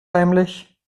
heimlich